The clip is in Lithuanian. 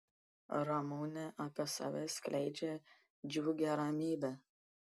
ramunė apie save skleidžia džiugią ramybę